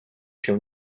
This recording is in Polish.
się